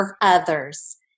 others